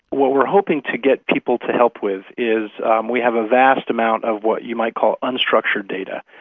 what we're hoping to get people to help with is um we have a vast amount of what you might call unstructured data,